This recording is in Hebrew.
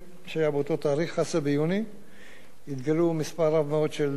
התגלה מספר רב מאוד של כתובות נאצה,